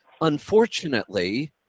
Unfortunately